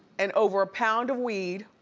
and over a pound of weed,